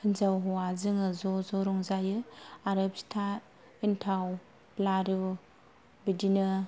होनजाव हौवा जोङो ज' ज' रंजायो आरो फिथा एन्थाव लारु बिदिनो